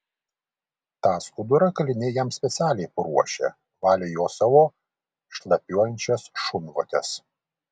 tą skudurą kaliniai jam specialiai paruošė valė juo savo šlapiuojančias šunvotes